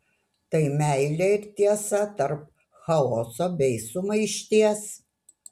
tai meilė ir tiesa tarp chaoso bei sumaišties